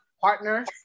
partner